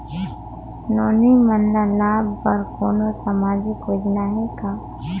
नोनी मन ल लाभ बर कोनो सामाजिक योजना हे का?